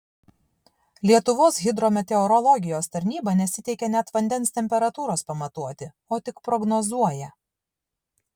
lietuvos hidrometeorologijos tarnyba nesiteikia net vandens temperatūros pamatuoti o tik prognozuoja